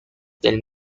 del